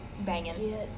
banging